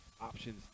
options